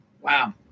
Wow